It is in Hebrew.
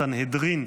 הסנהדרין,